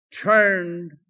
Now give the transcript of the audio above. Turned